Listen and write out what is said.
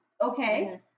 Okay